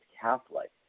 Catholic